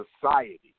society